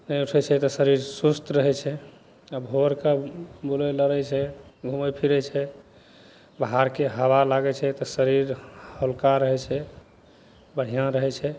नहि उठय छै तऽ शरीर सुस्त रहय छै आओर भोर कए बुलय लगय छै घुमय फिरय छै बाहरके हवा लागय छै तऽ शरीर हल्का रहय छै बढ़िआँ रहय छै